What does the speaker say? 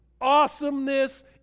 awesomeness